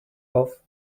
off